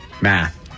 Math